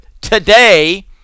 today